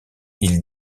ils